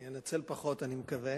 אני אנצל פחות, אני מקווה.